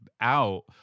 out